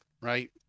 right